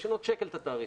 לשנות בשקל את התעריף.